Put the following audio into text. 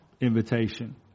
invitation